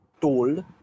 told